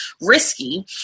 risky